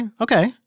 okay